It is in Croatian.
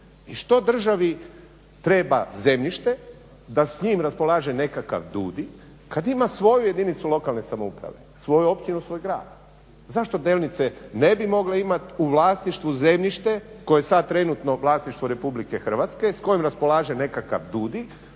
I što državi treba zemljište da s njim raspolaže nekakav DUDI kad ima svoju jedinicu lokalne samouprave, svoju općinu, svoj grad. Zašto Delnice ne bi mogle imati u vlasništvu zemljište koje je sad trenutno vlasništvo Republike Hrvatske s kojim raspolaže nekakav DUDI